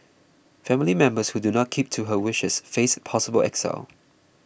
family members who do not keep to her wishes face possible exile